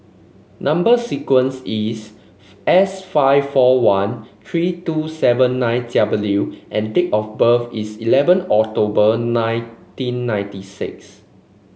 number sequence is S five four one three two seven nine W and date of birth is eleven October nineteen ninety six